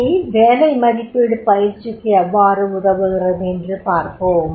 இனி வேலை மதிப்பீடு பயிற்சிக்கு எவ்வாறு உதவுகிறது என்று பார்ப்போம்